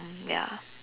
mm ya